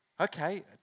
Okay